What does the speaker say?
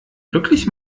glücklich